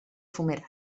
fumeral